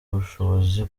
ubushobozi